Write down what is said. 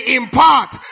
impart